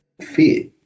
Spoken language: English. fit